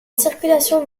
circulation